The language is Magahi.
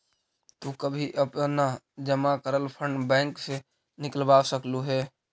तु कभी अपना जमा करल फंड बैंक से निकलवा सकलू हे